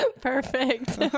Perfect